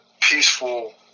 peaceful